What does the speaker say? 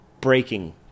breaking